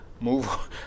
move